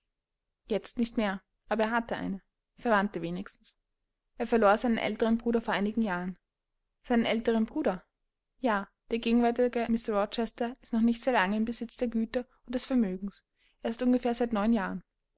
jetzt nicht mehr aber er hatte eine verwandte wenigstens er verlor seinen älteren bruder vor einigen jahren seinen älteren bruder ja der gegenwärtige mr rochester ist noch nicht sehr lange im besitz der güter und des vermögens erst ungefähr seit neun jahren